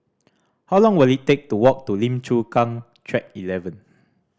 how long will it take to walk to Lim Chu Kang Track Eleven